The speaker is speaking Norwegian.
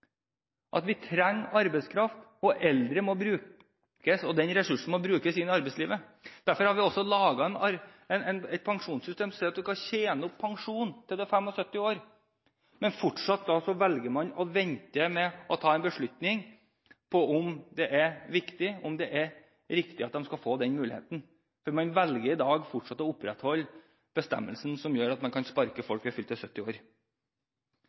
dag: Vi trenger arbeidskraft, og eldre må brukes – og den ressursen må brukes innen arbeidslivet. Derfor har vi også laget et pensjonssystem som gjør at du kan tjene opp pensjon til du er 75 år. Men fortsatt velger man å vente med å ta en beslutning på om det er viktig, og om det er riktig at de skal få den muligheten, for man velger i dag fortsatt å opprettholde bestemmelsen som gjør at man kan sparke folk ved fylte 70 år.